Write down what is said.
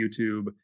YouTube